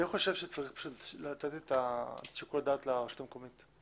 אני חושב שצריך לתת את שיקול הדעת לרשות המקומית,